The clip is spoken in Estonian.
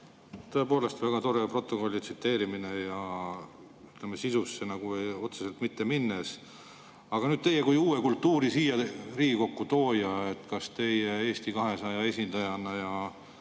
Tõepoolest väga tore protokolli tsiteerimine, ütleme, sisusse otseselt mitte minnes. Aga teie kui uue kultuuri siia Riigikokku tooja, kas teie Eesti 200 esindajana ja